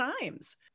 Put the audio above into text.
times